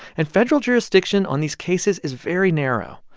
and federal jurisdiction on these cases is very narrow,